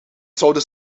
zouden